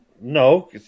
No